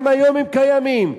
גם היום הם קיימים,